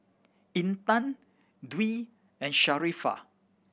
Intan Dwi and Sharifah